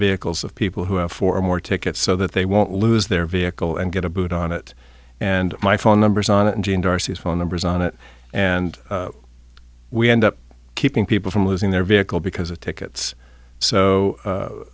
vehicles of people who have four or more tickets so that they won't lose their vehicle and get a boot on it and my phone numbers on it and in darcy's phone numbers on it and we end up keeping people from losing their vehicle because of tickets so